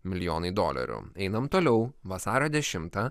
milijonai dolerių einam toliau vasario dešimtą